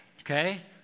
okay